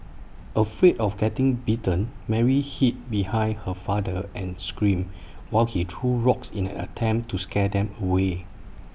afraid of getting bitten Mary hid behind her father and screamed while he threw rocks in an attempt to scare them away